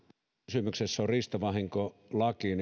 kysymyksessä on riistavahinkolaki